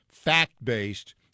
fact-based